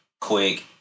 Quick